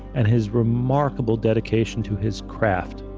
and his remarkable dedication to his craft,